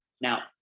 Now